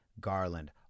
Garland